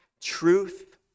Truth